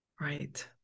Right